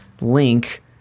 link